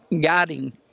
guiding